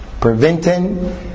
Preventing